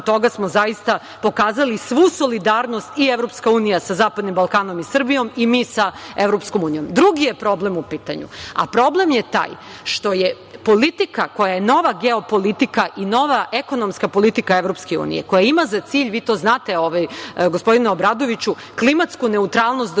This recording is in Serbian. da smo nakon toga pokazali svu solidarnost i EU sa zapadnim Balkanom i Srbijom i mi sa EU.Drugi je problem u pitanju. Problem je taj što je politika koja je nova geopolitika i nova ekonomska politika EU koja ima za cilj, vi to znate, gospodine Obradoviću, klimatsku neutralnost do